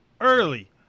early